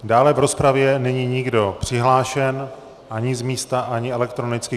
Dále v rozpravě není nikdo přihlášen ani z místa, ani elektronicky.